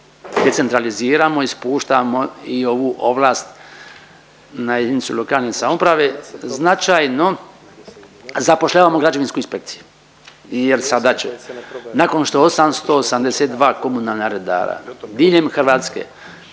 decentraliziramo i spuštamo i ovu ovlast na jedinicu lokalne samouprave, značajno zapošljavamo građevinsku inspekciju i jer sada će nakon što 882 komunalna redara diljem Hrvatske